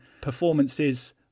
performances